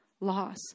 loss